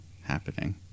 happening